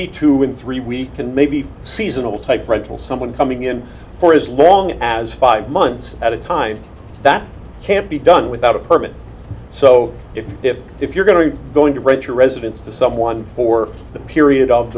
be two with three weeks and maybe seasonal type rental someone coming in for as long as five months at a time that can't be done without a permit so if you're going to going to rent your residence to someone for the period of